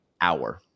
hour